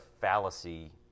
fallacy